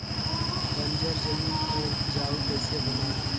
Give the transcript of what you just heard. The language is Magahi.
बंजर जमीन को उपजाऊ कैसे बनाय?